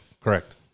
Correct